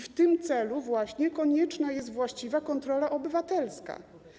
W tym celu konieczna jest właściwa kontrola obywatelska.